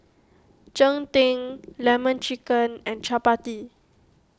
Cheng Tng Lemon Chicken and Chappati